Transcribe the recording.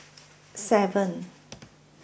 seven